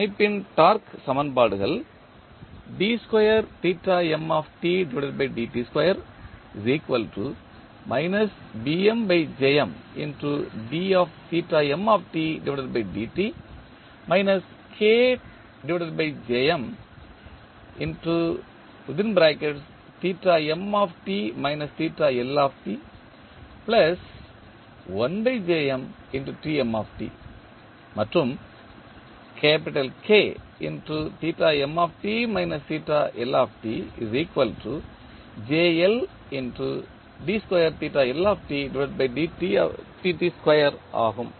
அமைப்பின் டார்க்கு சமன்பாடுகள் ஆகும்